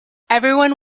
everyone